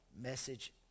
message